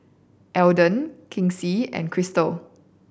Alden Kinsey and Krystle